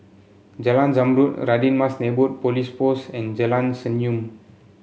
Jalan Zamrud Radin Mas Neighbourhood Police Post and Jalan Senyum